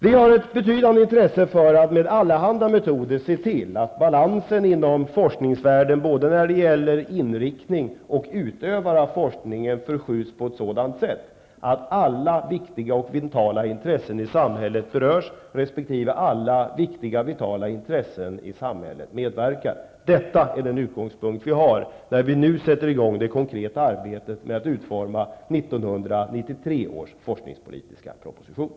Vi har ett betydande intresse för att med allehanda metoder se till att balansen inom forskningsvärlden både när det gäller inriktning och utövare av forskningen förskjuts på ett sådant sätt att alla viktiga och vitala intressen i samhället berörs resp. alla viktiga och vitala intressen i samhället medverkar. Detta är den utgångspunkt vi har när vi nu sätter i gång det konkreta arbetet med att utforma 1993 års forskningspolitiska proposition.